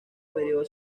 período